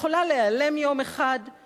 היא יכולה להיעלם יום אחד,